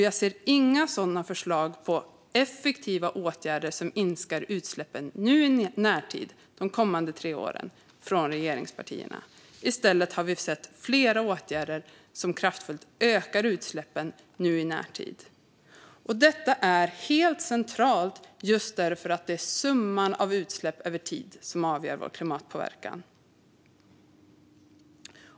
Jag ser inga förslag från regeringspartierna på effektiva åtgärder som minskar utsläppen i närtid, under de kommande tre åren. I stället har vi sett flera åtgärder som kraftfullt ökar utsläppen i närtid. Detta är helt centralt, för det är summan av utsläpp över tid som avgör vår klimatpåverkan.